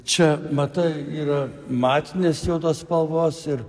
čia matai yra matinės juodos spalvos ir